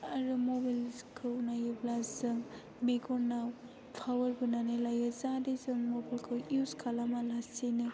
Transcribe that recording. आरो मबाइलखौ नायोब्ला जों मेगनाव पावार बोनानै लायो जाहाथे जों मबाइलखौ युस खालामा लासिनो